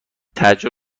تعجب